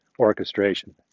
orchestration